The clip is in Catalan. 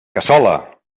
cassola